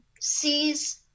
sees